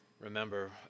remember